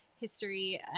history